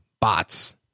bots